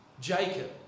Jacob